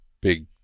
big